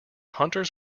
hunters